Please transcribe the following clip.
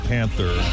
Panther